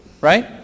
right